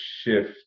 shift